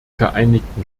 vereinigten